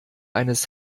eines